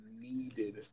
needed